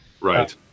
Right